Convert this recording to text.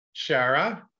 Shara